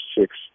six